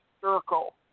circle